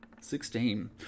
Sixteen